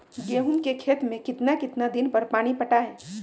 गेंहू के खेत मे कितना कितना दिन पर पानी पटाये?